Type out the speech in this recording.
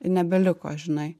nebeliko žinai